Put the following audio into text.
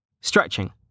Stretching